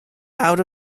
out